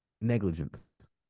negligence